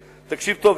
תקשיב טוב,